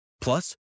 Plus